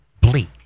bleak